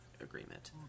agreement